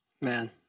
man